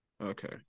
Okay